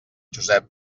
josep